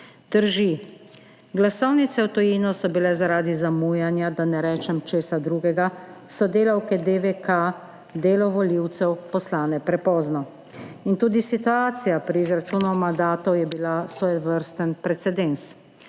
Drži, glasovnice v tujino so bile zaradi zamujanja, da ne rečem česa drugega, so delavke DVK, delo volivcev poslane prepozno. In tudi situacija pri izračunu mandatov je bila svojevrsten precedens.